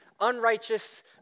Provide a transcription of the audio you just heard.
unrighteous